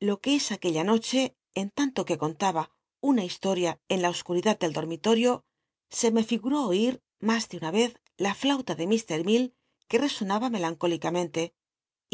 lo cruc es aquella noche en tanto que contaba una historia en la oscuidad del dormitorio se me figuró oil mas de una ycz la llaula de l r mell que resonaba melancólicamente